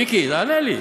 מיקי, תענה לי.